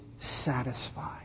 Satisfied